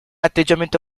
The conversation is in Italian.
atteggiamento